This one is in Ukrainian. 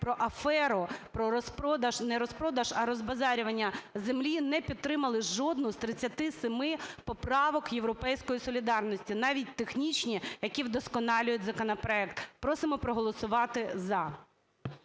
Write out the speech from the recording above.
розпродаж, а розбазарювання землі, не підтримали жодну з 37 поправок "Європейської солідарності", навіть технічні, які вдосконалюють законопроект. Просимо проголосувати "за".